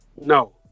No